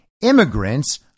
immigrants